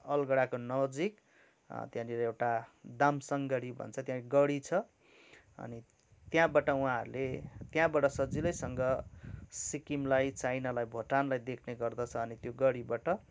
अलगडाको नजिक त्यहाँनिर एउटा दामसाङगढी भन्छ त्यहाँ गढी छ अनि त्यहाँबाट उहाँहरूले त्यहाँबाट सजिलैसँग सिक्किमलाई चाइनालाई भुटानलाई देख्ने गर्दछ अनि त्यो गढिबाट